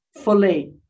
fully